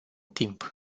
timp